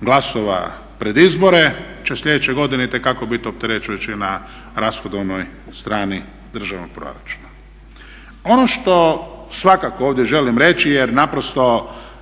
glasova pred izbore će sljedeće godine itekako biti opterećujući na rashodovnoj strani državnog proračuna. Ono što svakako ovdje želim reći jer naprosto